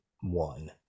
one